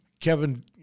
Kevin